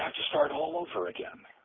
um to start all over again.